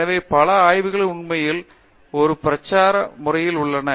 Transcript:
எனவே பல ஆய்வகங்கள் உண்மையில் ஒரு பிரச்சார முறைமையில் உள்ளன